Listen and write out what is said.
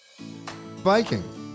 Viking